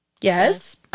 yes